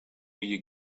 you